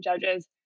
judges